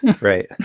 Right